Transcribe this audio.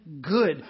good